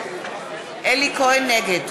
נגד